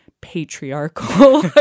patriarchal